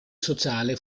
sociale